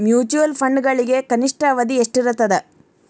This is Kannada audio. ಮ್ಯೂಚುಯಲ್ ಫಂಡ್ಗಳಿಗೆ ಕನಿಷ್ಠ ಅವಧಿ ಎಷ್ಟಿರತದ